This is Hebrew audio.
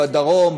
בדרום,